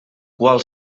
qual